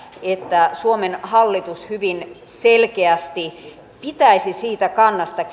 että suomen hallitus hyvin selkeästi pitäisi kiinni siitä kannasta